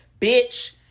Bitch